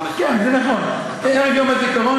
כן, זה נכון, יש גם את יום הזיכרון.